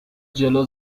جلو